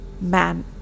Man